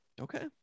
Okay